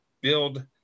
build